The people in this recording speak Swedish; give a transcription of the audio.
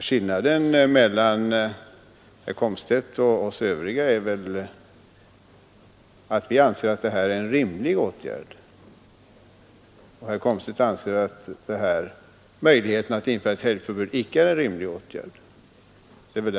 Skillnaden mellan herr Komstedt och oss övriga är väl att vi anser detta vara en rimlig åtgärd, medan herr Komstedt anser att införandet av ett helgförbud icke är en rimlig åtgärd.